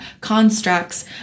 constructs